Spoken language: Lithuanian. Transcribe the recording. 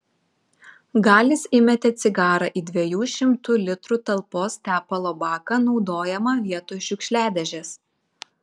galis įmetė cigarą į dviejų šimtų litrų talpos tepalo baką naudojamą vietoj šiukšliadėžės